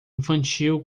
infantil